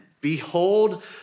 behold